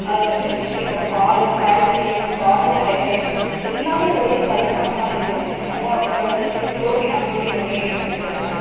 அது வந்து இப்போ பால் கால்சியம் கார்போஹைட்ரேட் எல்லாமே ஒரே சரி சமமாக இருக்கணும் இது ப்ரோட்டீனாக ப்ரோட்டீன் ஒன்னே எடுத்துட்டுருக்கக்கூடாது